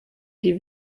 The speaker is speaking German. die